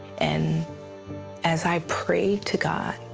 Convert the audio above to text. and as i prayed to god,